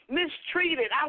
mistreated